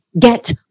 get